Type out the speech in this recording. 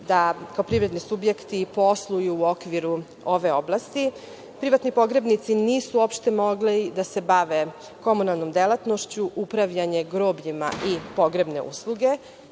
da kao privredni subjekti posluju u okviru ove oblasti. Privatni pogrebnici nisu uopšte mogli da se bave komunalnom delatnošću, upravljanje grobljima i pogrebne usluge.